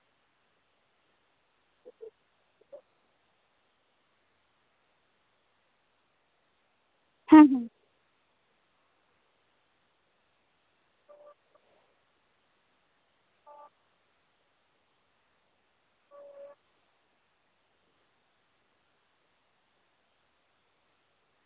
ᱦᱮᱸ ᱦᱮᱸ